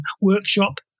workshop